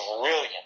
brilliant